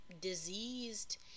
diseased